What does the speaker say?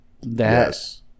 Yes